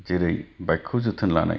जेरै बाइकखौ जोथोन लानाय